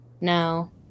no